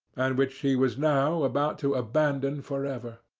and which he was now about to abandon for ever.